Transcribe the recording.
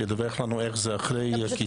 שידווח לנו איך זה אחרי הקיצור?